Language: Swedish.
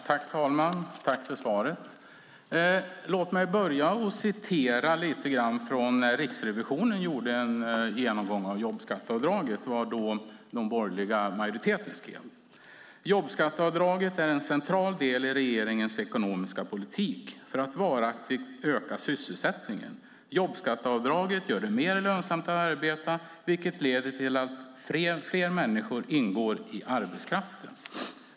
Herr talman! Tack för svaret! Låt mig börja med att återge lite ur Riksrevisionens genomgång av jobbskatteavdraget, nämligen vad den borgerliga majoriteten skrev: Jobbskatteavdraget är en central del i regeringens ekonomiska politik för att varaktigt öka sysselsättningen. Jobbskatteavdraget gör det mer lönsamt att arbeta, vilket leder till att fler människor ingår i arbetskraften.